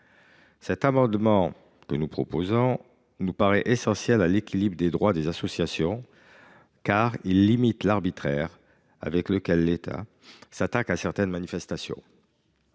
L’amendement que nous proposons nous semble essentiel à l’équilibre des droits des associations en ce qu’il vise à limiter l’arbitraire avec lequel l’État s’attaque à certaines manifestations.